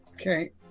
Okay